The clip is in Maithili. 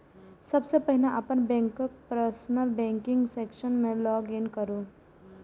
सबसं पहिने अपन बैंकक पर्सनल बैंकिंग सेक्शन मे लॉग इन करू